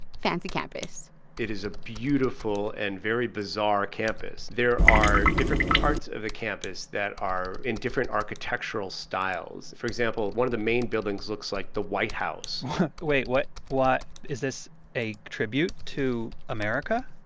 fancy campus it is a beautiful and very bizarre campus. there are different parts of the campus that are in different architectural styles. for example, one of the main buildings looks like the white house wait, what? what is this a tribute to america?